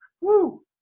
Woo